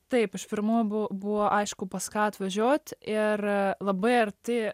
taip iš pirmų buvo buvo aišku pas ką atvažiuot ir labai arti